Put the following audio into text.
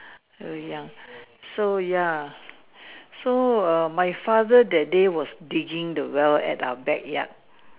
very young so ya so err my father that day was digging the well at our backyard